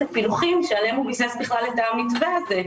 הפילוחים עליהם הוא ביסס את המתווה הזה.